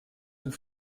vous